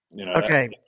Okay